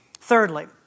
Thirdly